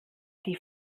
die